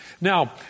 Now